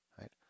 right